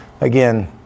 again